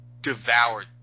devoured